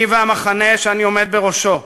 אני והמחנה שאני עומד בראשו,